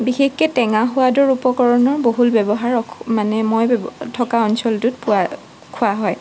বিশেষকৈ টেঙা সোৱাদৰ উপকৰণৰ বহুল ব্যৱহাৰ মানে মই থকা অঞ্চলটোত পোৱা খোৱা হয়